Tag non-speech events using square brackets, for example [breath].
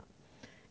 [breath]